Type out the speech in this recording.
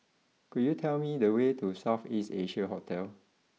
could you tell me the way to South East Asia Hotel